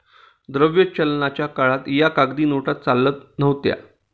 द्रव्य चलनाच्या काळात या कागदी नोटा चालत नव्हत्या